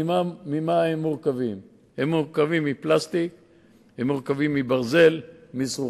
ישראל מטופלת יותר